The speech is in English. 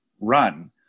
run